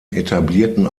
etablierten